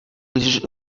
gdyż